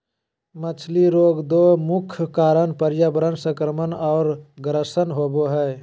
मछली रोग दो मुख्य कारण पर्यावरण संक्रमण और ग्रसन होबे हइ